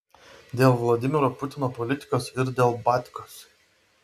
dėl vladimiro putino politikos ir dėl batkos